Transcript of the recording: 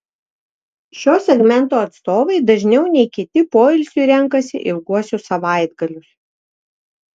šio segmento atstovai dažniau nei kiti poilsiui renkasi ilguosius savaitgalius